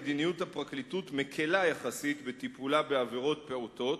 מדיניות הפרקליטות מקלה יחסית בטיפולה בעבירות פעוטות,